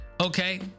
Okay